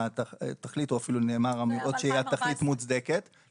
התכלית או אפילו נאמר אמירות שהתכלית מוצדקת --- זה היה ב-2014.